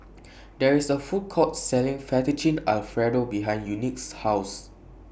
There IS A Food Court Selling Fettuccine Alfredo behind Unique's House